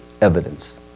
evidence